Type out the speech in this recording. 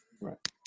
right